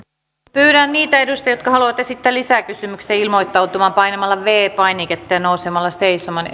pyydän niitä edustajia jotka haluavat esittää lisäkysymyksiä ilmoittautumaan painamalla viides painiketta ja nousemalla seisomaan